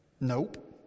Nope